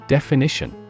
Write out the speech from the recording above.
Definition